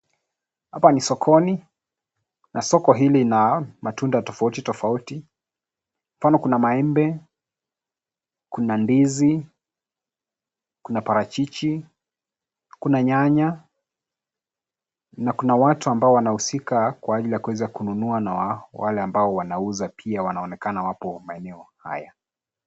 HAPA NI SOKONI, NA SOKO HILI INA MATUNDA TOFAUTI TOFAUTI. KAMA KUNA MAEMBE, KUNA NDIZI, KUNA PARACHICHI, KUNA NYANYA NA KUNA WATU AMBAO WANAHUSIKA KWA AJILI YA KUWEZA KUNUNUA NA WALE AMBAO WANAUZA PIA WANAONEKANA HAPO MAENEO HAYA.